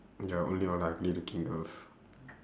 ya only in ricky house